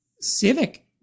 civic